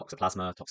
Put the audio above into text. Toxoplasma